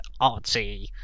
artsy